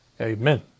amen